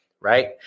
right